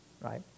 right